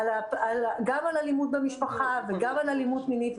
גם על אלימות במשפחה וגם על אלימות מינית.